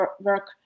work